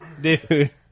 dude